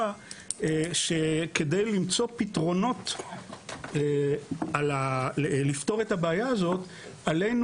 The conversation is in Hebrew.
על-כך שכדי למצוא פתרונות לפתור את הבעיה הזאת עלינו